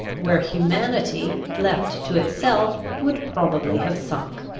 where humanity, left to itself, would probably have sunk.